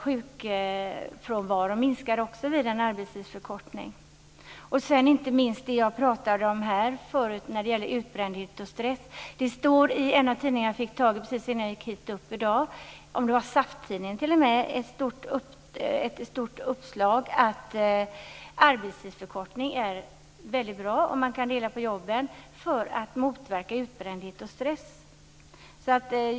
Sjukfrånvaron minskar också vid en arbetstidsförkortning. Det gäller också utbrändhet och stress som jag pratade om förut. Det står i en av de tidningar som jag fick tag i innan jag gick hit i dag - jag undrar om det inte t.o.m. var SAF-tidningen - ett stort uppslag om att en arbetstidsförkortning är väldigt bra. Man kan dela på jobben för att motverka utbrändhet och stress.